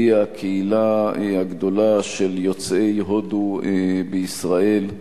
והיא הקהילה הגדולה של יוצאי הודו בישראל,